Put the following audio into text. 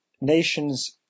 nations